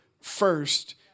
first